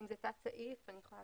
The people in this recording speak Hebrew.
אני יכולה